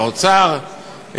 האוצר,